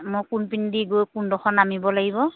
মই কোনপিনেদি গৈ কোনডোখৰত নামিব লাগিব